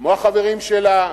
כמו החברים שלה,